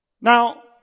Now